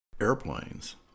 airplanes